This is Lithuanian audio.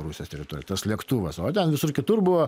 rusijos teritorijoj tas lėktuvas o ten visur kitur buvo